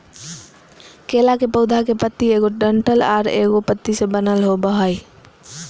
केला के पौधा के पत्ति एगो डंठल आर एगो पत्ति से बनल होबो हइ